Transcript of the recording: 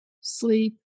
sleep